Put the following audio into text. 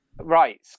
Right